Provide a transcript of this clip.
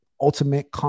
ultimate